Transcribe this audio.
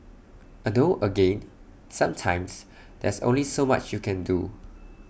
although again sometimes there's only so much you can do